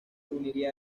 uniría